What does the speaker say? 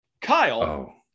Kyle